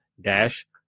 dash